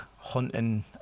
hunting